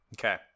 Okay